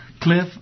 Cliff